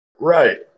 Right